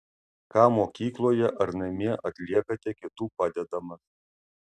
ką mokykloje ar namie atliekate kitų padedamas